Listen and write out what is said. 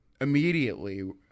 immediately